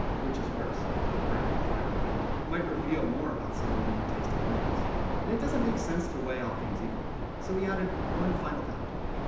which is worse book burning or flag burning? might reveal more about someone than their taste in movies. and it doesn't make sense to weigh all things equally, so we added one final data point.